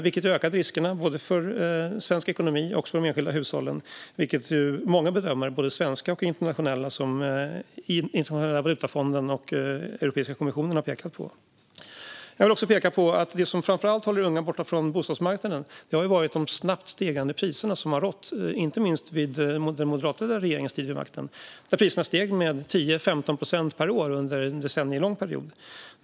Det ökade riskerna, både för svensk ekonomi och för de enskilda hushållen. Det har många både svenska och internationella bedömare, som Internationella valutafonden och Europeiska kommissionen, pekat på. Det som framför allt håller unga borta från bostadsmarknaden är de snabbt stigande priserna. Det har varit på det sättet sedan inte minst den moderata regeringens tid vid makten. Priserna steg under en decennielång period med 10-15 procent per år.